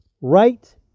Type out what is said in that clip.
right